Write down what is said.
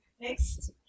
Next